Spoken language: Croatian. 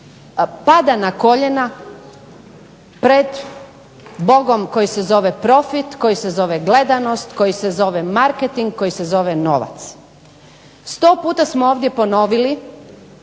pada na koljena pred Bogom koji se zove profit, koji se zove gledanost, koji se zove marketing, koji se zove novac. Sto puta smo ovdje ponovili